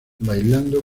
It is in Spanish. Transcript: bailando